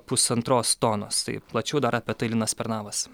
pusantros tonos tai plačiau dar apie tai linas pernavas